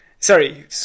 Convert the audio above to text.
Sorry